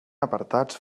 apartats